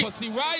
right